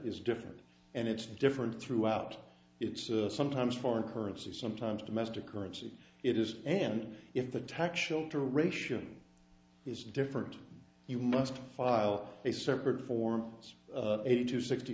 is different and it's different throughout it's sometimes foreign currency sometimes domestic currency it is an if the tech show to ration is different you must file a separate forms eighty two sixty